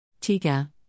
Tiga